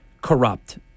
corrupt